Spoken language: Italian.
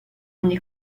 ogni